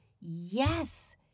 yes